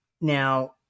Now